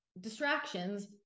distractions